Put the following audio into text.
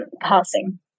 passing